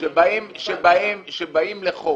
שכשבאים לחוק